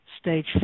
Stage